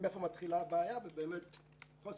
מאיפה מתחילה הבעיה אתה רואה שחוסר